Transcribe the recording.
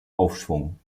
aufschwung